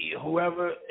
whoever